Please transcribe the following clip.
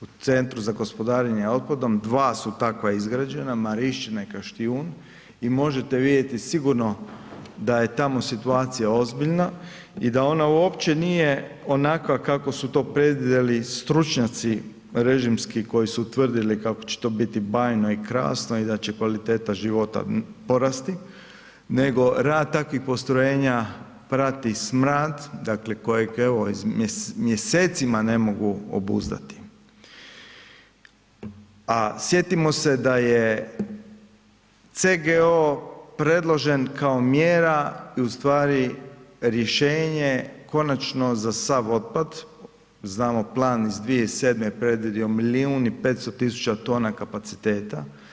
U centru za gospodarenje otpadom, dva su takva izgrađena Marišćina i Kaštijun i možete vidjeti sigurno da je tamo situacija ozbiljna i da ona uopće nije onakva kako su to predvidjeli stručnjaci režimski koji su utvrdili kako će to biti bajno i krasno i da će kvaliteta života porasti, nego rad takvih postrojenja prati smrad, dakle kojeg evo mjesecima ne mogu obuzdati, a sjetimo se da je CGO predložen kao mjera i u stvari rješenje konačno za sav otpad, znamo plan iz 2007. predvidio milijun i 500 tisuća tona kapaciteta.